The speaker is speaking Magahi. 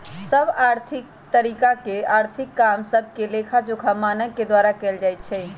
सभ तरिका के आर्थिक काम सभके लेखाजोखा मानक के द्वारा कएल जाइ छइ